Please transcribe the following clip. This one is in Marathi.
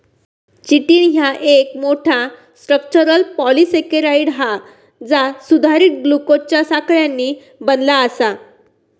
चिटिन ह्या एक मोठा, स्ट्रक्चरल पॉलिसेकेराइड हा जा सुधारित ग्लुकोजच्या साखळ्यांनी बनला आसा